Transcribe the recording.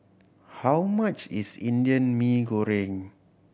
how much is Indian Mee Goreng